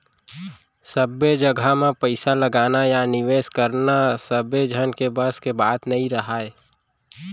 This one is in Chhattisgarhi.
सब्बे जघा म पइसा लगाना या निवेस करना सबे झन के बस के बात नइ राहय